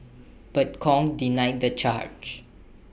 but Kong denied the charge